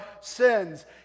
sins